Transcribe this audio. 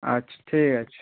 আচ্ছা ঠিক আছে